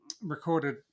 recorded